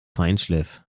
feinschliff